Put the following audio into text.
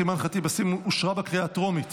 אושרה בקריאה ראשונה,